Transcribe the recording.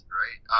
right